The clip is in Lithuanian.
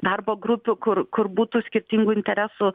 darbo grupių kur kur būtų skirtingų interesų